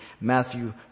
Matthew